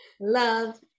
love